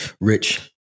Rich